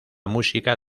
música